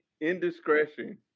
indiscretion